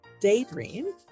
Daydream